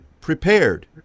prepared